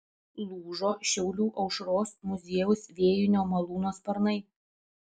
lūžo šiaulių aušros muziejaus vėjinio malūno sparnai